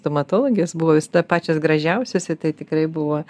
stomatologės buvo visada pačios gražiausios ir tai tikrai buvo